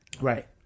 Right